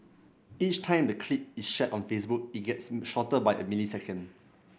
each time the clip is shared on Facebook it gets shorter by a millisecond